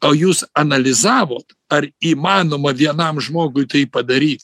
o jūs analizavot ar įmanoma vienam žmogui tai padaryt